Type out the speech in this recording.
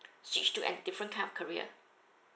switch to an different kind of career